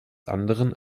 anderen